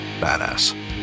badass